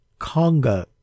conga